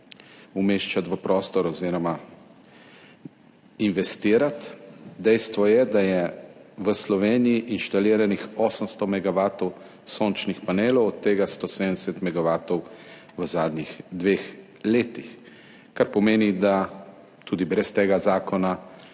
umeščati v prostor oziroma investirati. Dejstvo je, da je v Sloveniji inštaliranih 800 megavatov sončnih panelov, od tega 170 megavatov v zadnjih dveh letih, kar pomeni, da tudi brez tega zakona